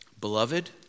Beloved